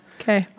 Okay